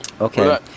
Okay